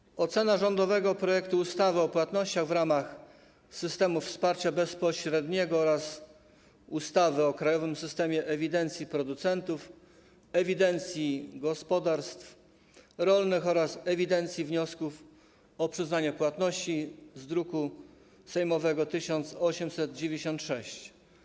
Przedstawiam ocenę rządowego projektu ustawy o zmianie ustawy o płatnościach w ramach systemów wsparcia bezpośredniego oraz ustawy o krajowym systemie ewidencji producentów, ewidencji gospodarstw rolnych oraz ewidencji wniosków o przyznanie płatności, druk sejmowy nr 1896.